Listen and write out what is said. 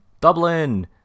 Dublin